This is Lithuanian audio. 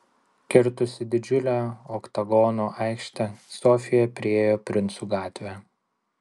kirtusi didžiulę oktagono aikštę sofija priėjo princų gatvę